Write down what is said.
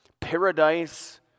Paradise